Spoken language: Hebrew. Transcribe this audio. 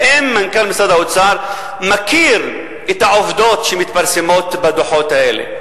האם מנכ"ל משרד האוצר מכיר את העובדות שמתפרסמות בדוחות האלה?